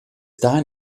dahin